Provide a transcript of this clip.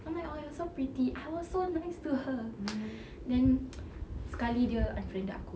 I'm like oh you so pretty I was so nice to her then sekali dia unfriended aku